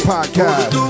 Podcast